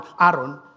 Aaron